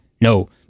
no